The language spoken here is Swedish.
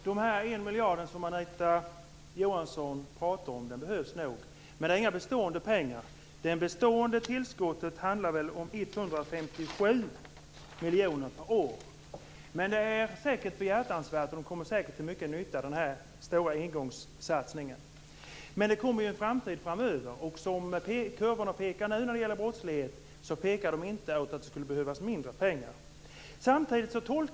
Fru talman! Den miljard som Anita Johansson talar om behövs nog. Men det är inga bestående pengar. Det bestående tillskottet rör sig om 157 miljoner per år. Den stora engångssatsningen är behjärtansvärd och kommer säkert till nytta. Men det kommer ju en framtid, och kurvorna över brottsligheten pekar inte på att det kommer att behövas mindre pengar.